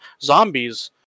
zombies